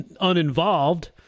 uninvolved